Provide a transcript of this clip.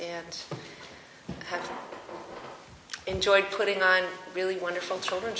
and enjoy putting on really wonderful children